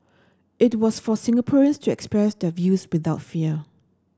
it was for Singaporeans to express their views without fear